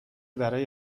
برای